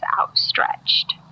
outstretched